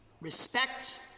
respect